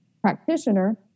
practitioner